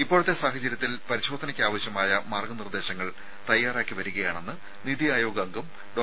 ഇപ്പോഴത്തെ സാഹചര്യത്തിൽ പരിശോധനക്കാവശ്യമായ മാർഗ്ഗ നിർദ്ദേശങ്ങൾ തയ്യാറാക്കി വരികയാണെന്ന് നിതി ആയോഗ് അംഗം ഡോ